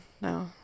No